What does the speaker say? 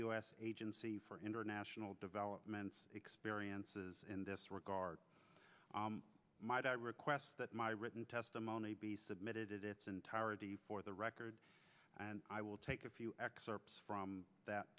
s agency for international development experiences in this regard might i request that my written testimony be submitted its entirety for the record and i will take a few excerpts from that